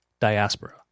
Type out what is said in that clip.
diaspora